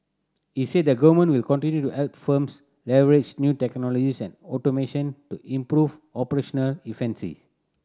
he said the government will continue to help firms leverage new technologies and automation to improve operational